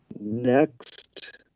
Next